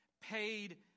paid